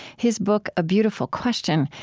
his book, a beautiful question,